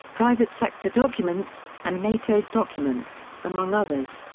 private sector documents, and nato documents, among others.